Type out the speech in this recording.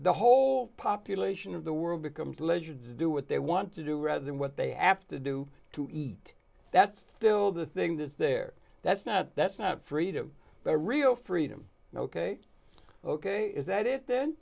the whole population of the world becomes leisure to do what they want to do rather than what they have to do to eat that's still the thing that's there that's not that's not freedom the real freedom ok ok is that it then